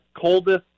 Coldest